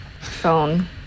phone